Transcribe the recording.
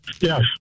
Yes